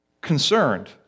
concerned